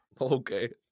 Okay